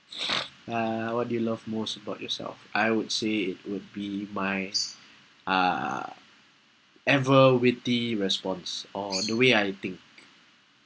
uh what do you love most about yourself I would say it would be my uh ever witty response or the way I think